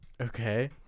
Okay